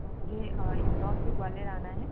मुझे इंदौर से ग्वालियर आना है